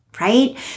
right